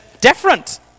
different